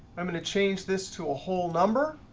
i'm going to change this to a whole number.